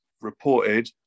reported